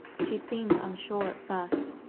she seemed unsure at first,